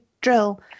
drill